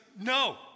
no